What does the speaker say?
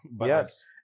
Yes